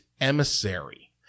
emissary